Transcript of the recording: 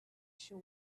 she